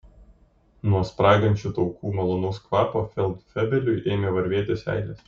nuo spragančių taukų malonaus kvapo feldfebeliui ėmė varvėti seilės